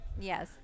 Yes